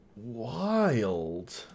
Wild